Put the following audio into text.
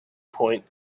point